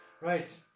right